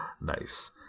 Nice